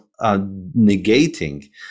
negating